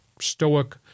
stoic